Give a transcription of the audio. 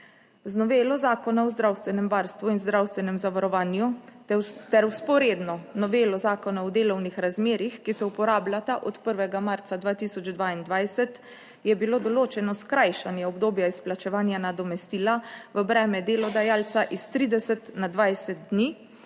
Z novelo Zakona o zdravstvenem varstvu in zdravstvenem zavarovanju ter vzporedno novelo Zakona o delovnih razmerjih, ki se uporablja ta od 1. marca 2022 je bilo določeno skrajšanje obdobja izplačevanja nadomestila v breme delodajalca iz 30 na 20 dni,